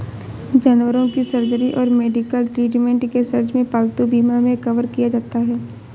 जानवरों की सर्जरी और मेडिकल ट्रीटमेंट के सर्च में पालतू बीमा मे कवर किया जाता है